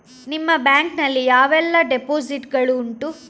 ನಿಮ್ಮ ಬ್ಯಾಂಕ್ ನಲ್ಲಿ ಯಾವೆಲ್ಲ ಡೆಪೋಸಿಟ್ ಗಳು ಉಂಟು?